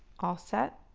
all set.